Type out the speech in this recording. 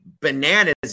bananas